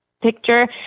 picture